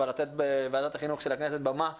לתת בוועדת החינוך של הכנסת במה לדיון,